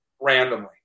randomly